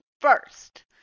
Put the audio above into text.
First